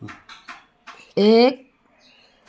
एक